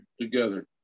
together